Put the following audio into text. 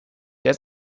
der